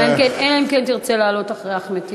אלא אם כן תרצה לעלות אחרי אחמד טיבי,